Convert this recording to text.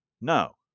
No